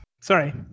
sorry